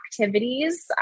activities